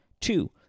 Two